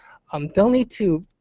um they'll need to